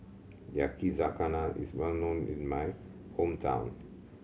yakizakana is well known in my hometown